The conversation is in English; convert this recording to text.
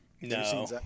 No